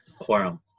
Quorum